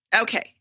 Okay